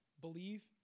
believe